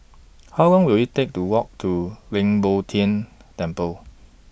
How Long Will IT Take to Walk to Leng Poh Tian Temple